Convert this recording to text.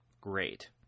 great